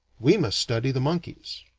we must study the monkeys.